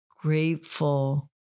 grateful